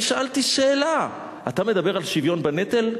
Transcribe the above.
אני שאלתי שאלה, אתה מדבר על שוויון בנטל?